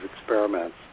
experiments